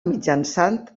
mitjançant